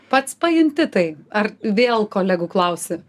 pats pajunti tai ar vėl kolegų klausi